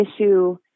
issue